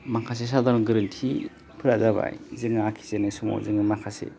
माखासे साधारन गोरोन्थिफोरा जाबाय जोङो आखिजेननाय समाव जोङो माखासे